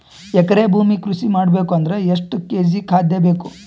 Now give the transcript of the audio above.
ಎಕರೆ ಭೂಮಿ ಕೃಷಿ ಮಾಡಬೇಕು ಅಂದ್ರ ಎಷ್ಟ ಕೇಜಿ ಖಾದ್ಯ ಬೇಕು?